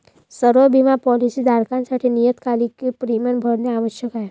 सर्व बिमा पॉलीसी धारकांसाठी नियतकालिक प्रीमियम भरणे आवश्यक आहे